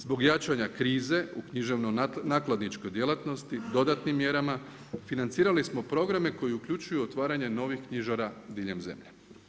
Zbog jačanja krize književno-nakladničkoj djelatnosti dodatnim mjerama financirali smo programe koji uključuju otvaranje novih knjižara diljem zemlje.